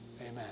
Amen